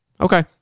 Okay